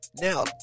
Now